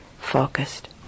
focused